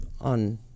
on